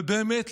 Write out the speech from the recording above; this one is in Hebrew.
ובאמת,